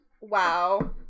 wow